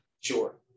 Sure